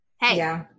Hey